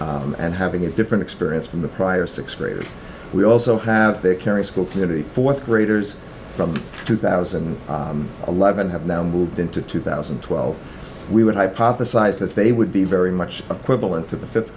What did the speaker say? grade and having a different experience from the prior sixth graders we also have to carry school community fourth graders from two thousand and eleven have now moved into two thousand and twelve we would hypothesize that they would be very much a quibble into the fifth